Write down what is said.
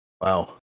Wow